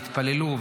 והתפללו,